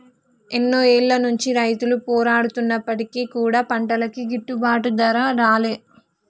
ఎన్నో ఏళ్ల నుంచి రైతులు పోరాడుతున్నప్పటికీ కూడా పంటలకి గిట్టుబాటు ధర రాలే